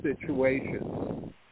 situations